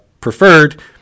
preferred